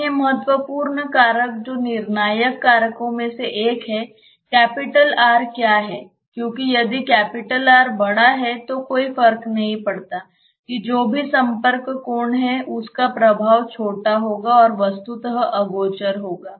अन्य महत्वपूर्ण कारक जो निर्णायक कारकों में से एक है R क्या है क्योंकि यदि R बड़ा है तो कोई फर्क नहीं पड़ता कि जो भी संपर्क कोण है उसका प्रभाव छोटा होगा और वस्तुतः अगोचर होगा